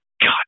God